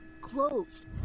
closed